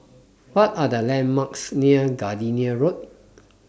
What Are The landmarks near Gardenia Road